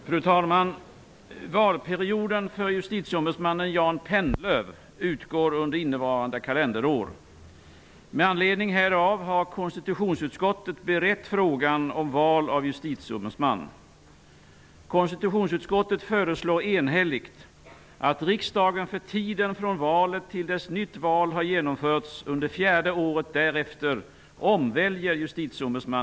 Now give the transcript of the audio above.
Fru talman! Valperioden för justitieombudsmannen Jan Pennlöv utgår under innevarande kalenderår. Med anledning härav har konstitutionsutskottet berett frågan om val av justitieombudsman.